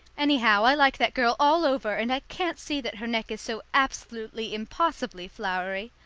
anyhow, i like that girl all over, and i can't see that her neck is so absolutely impossibly flowery.